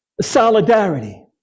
solidarity